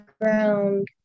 ground